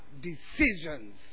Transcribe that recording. decisions